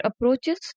approaches